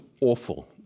awful